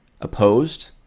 opposed